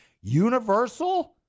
universal